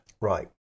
Right